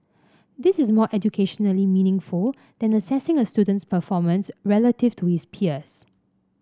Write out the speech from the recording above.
this is more educationally meaningful than assessing a student's performance relative to his peers